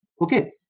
okay